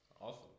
Awesome